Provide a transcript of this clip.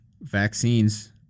vaccines